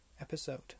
episode